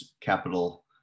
capital